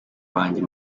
banjye